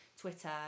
Twitter